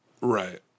Right